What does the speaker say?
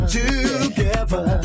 together